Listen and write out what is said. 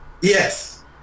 Yes